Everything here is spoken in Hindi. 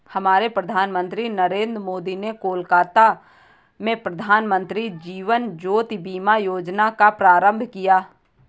हमारे प्रधानमंत्री नरेंद्र मोदी ने कोलकाता में प्रधानमंत्री जीवन ज्योति बीमा योजना का प्रारंभ किया